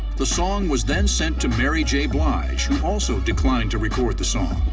the song was then sent to mary j. blige, who also declined to record the song.